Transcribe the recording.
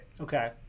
Okay